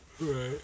Right